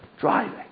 driving